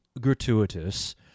gratuitous